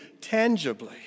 tangibly